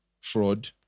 fraud